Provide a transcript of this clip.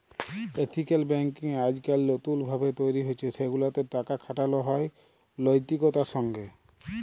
ethical banking আইজকাইল লতুল ভাবে তৈরি হছে সেগুলাতে টাকা খাটালো হয় লৈতিকতার সঙ্গে